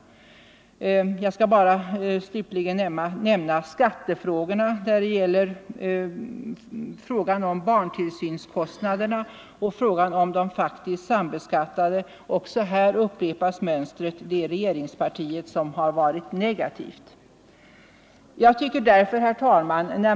Jag vill här också nämna skattefrågorna, barntillsynskostnaderna och frågan om de faktiskt sambeskattade. Också där upprepas mönstret, det är regeringspartiet som har varit negativt. Herr talman!